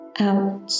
out